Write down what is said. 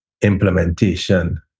implementation